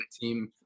team